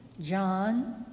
John